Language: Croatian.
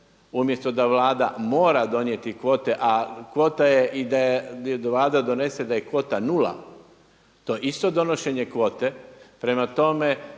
umjesto da Vlada mora donijeti kvote, a kvota je i da Vlada donese da je kvota nula to je isto donošenje kvote. Prema tome,